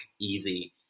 easy